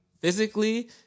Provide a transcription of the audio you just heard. physically